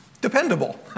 Dependable